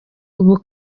ubu